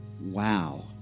Wow